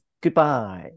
goodbye